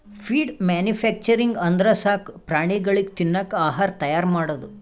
feed manufacturing ಅಂದ್ರ ಸಾಕು ಪ್ರಾಣಿಗಳಿಗ್ ತಿನ್ನಕ್ ಆಹಾರ್ ತೈಯಾರ್ ಮಾಡದು